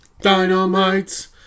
dynamite